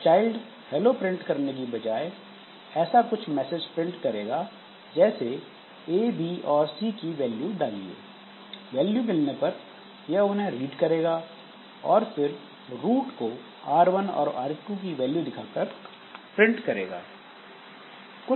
child hello print करने की बजाय ऐसा कुछ मैसेज प्रिंट करेगा जैसे ए बी और सी की वैल्यू डालिए वैल्यू मिलने पर यह उन्हें रीड करेगा और फिर रूट को R1 और R2 की वैल्यू दिखाकर प्रिंट करेगा